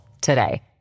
today